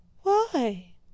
Why